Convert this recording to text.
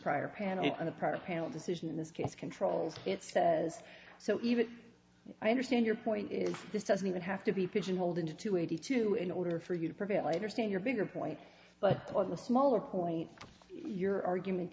of panel decision in this case controls it says so even if i understand your point this doesn't even have to be pigeonholed into eighty two in order for you to prevail i understand your bigger point but on the smaller point your argument